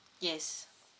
yes